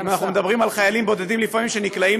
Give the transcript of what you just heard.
אנחנו מדברים על חיילים בודדים שלפעמים נקלעים